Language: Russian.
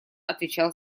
отвечал